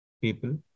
people